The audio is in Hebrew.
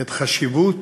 את חשיבות